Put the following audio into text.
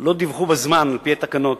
לא דיווחו בזמן, על-פי התקנות,